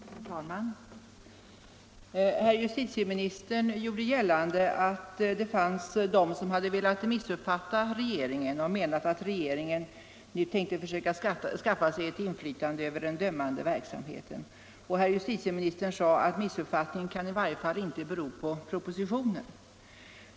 Herr talman! Herr justitieministern gjorde gällande att det fanns de som hade velat missuppfatta regeringen och menat att regeringen nu tänker för söka skaffa sig ett inflytande i den dömande verksamheten. Herr justitieministern sade att missuppfattningen kan i varje fall inte bero på propositionen.